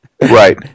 right